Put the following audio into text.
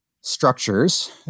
structures